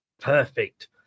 perfect